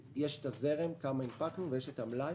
יש את הזרם, כמה הנפקנו, ויש את המלאי.